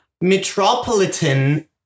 Metropolitan